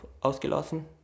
ausgelassen